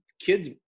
kids